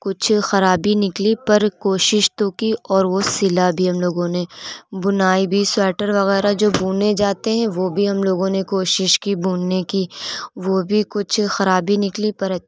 کچھ خرابی نکلی پر کوشش تو کی اور وہ سلا بھی ہم لوگوں نے بنائی بھی سویٹر وغیرہ جو بنے جاتے ہیں وہ بھی ہم لوگوں نے کوشش کی بننے کی وہ بھی کچھ خرابی نکلی پر